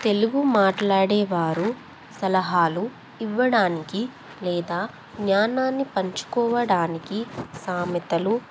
తెలుగు మాట్లాడేవారు సలహాలు ఇవ్వడానికి లేదా జ్ఞానాన్ని పంచుకోవడానికి సామెతలు